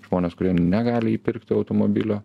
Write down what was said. žmonės kurie negali įpirkti automobilio